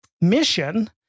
mission